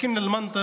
ואולם,